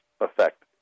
effect